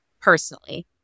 personally